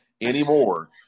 anymore